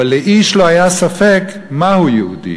אבל לאיש לא היה ספק מהו יהודי.